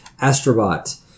Astrobot